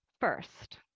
First